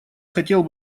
хотел